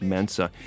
Mensa